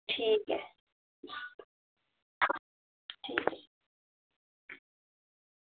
ठीक ऐ